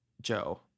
Joe